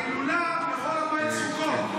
ההילולה בחול המועד סוכות.